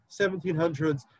1700s